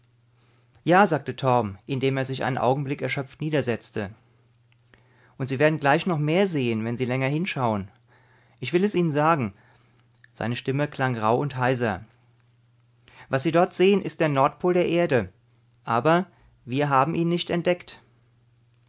ja sagte torm indem er sich einen augenblick erschöpft niedersetzte und sie werden gleich noch mehr sehen wenn sie länger hinschauen ich will es ihnen sagen seine stimme klang rauh und heiser was sie dort sehen ist der nordpol der erde aber wir haben ihn nicht entdeckt